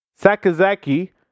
Sakazaki